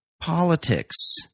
politics